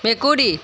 মেকুৰী